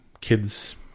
kids